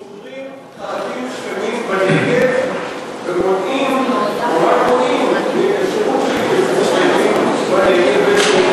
סוגרים חלקים שלמים בנגב ומונעים אפשרות של התיישבות בנגב.